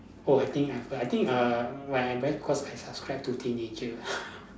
oh I think uh I think uh when I very I subscribe to teenager